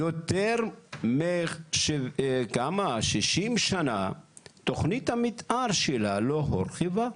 יותר מ-60 שנה תכנית המתאר שלה לא הורחבה.